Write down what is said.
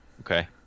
Okay